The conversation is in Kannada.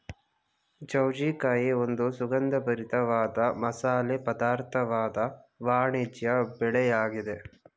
ಜಾಜಿಕಾಯಿ ಒಂದು ಸುಗಂಧಭರಿತ ವಾದ ಮಸಾಲೆ ಪದಾರ್ಥವಾದ ವಾಣಿಜ್ಯ ಬೆಳೆಯಾಗಿದೆ